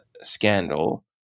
scandal